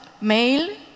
male